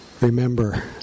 remember